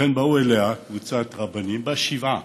לכן, באה אליה קבוצת רבנים בשבעה